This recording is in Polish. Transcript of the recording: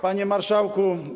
Panie Marszałku!